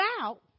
out